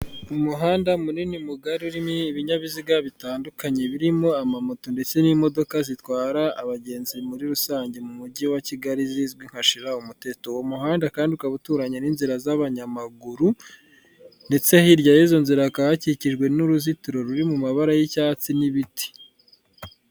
Umuhanda munini mugari urimo ibinyabiziga bitandukanye. Birimo amamoto ndetse n'imodoka zitwara abagenzi muri rusange mu Mujyi wa Kigali zizwi nka shira umuteto. Uwo muhanda kandi ukaba uturanye n'inzira z'abanyamaguru, ndetse hirya y'izo nzira hakaba hakikijwe n'uruzitiro ruri mu mabara y'icyatsi n'ibiti.